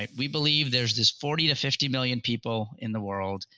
and we believe there's this forty to fifty million people in the world,